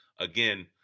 Again